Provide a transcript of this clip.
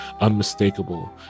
unmistakable